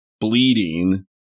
bleeding